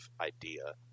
idea